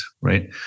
right